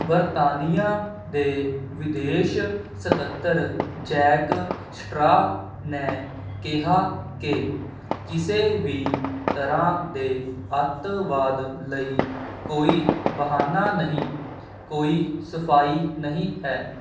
ਬਰਤਾਨੀਆ ਦੇ ਵਿਦੇਸ਼ ਸਕੱਤਰ ਜੈਕ ਸਟ੍ਰਆ ਨੇ ਕਿਹਾ ਕਿ ਕਿਸੇ ਵੀ ਤਰ੍ਹਾਂ ਦੇ ਅੱਤਵਾਦ ਲਈ ਕੋਈ ਬਹਾਨਾ ਨਹੀਂ ਕੋਈ ਸਫ਼ਾਈ ਨਹੀਂ ਹੈ